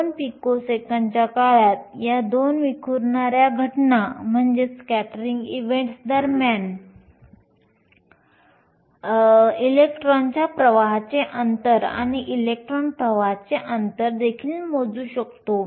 2 पिकोसेकंदांच्या काळात या दोन विखुरणाऱ्या घटना दरम्यानच्या इलेक्ट्रॉनच्या प्रवाहाचे अंतर किंवा इलेक्ट्रॉन प्रवाहाचे अंतर देखील मोजू शकतो